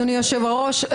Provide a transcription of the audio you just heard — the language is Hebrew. אדוני היושב-ראש,